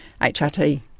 HRT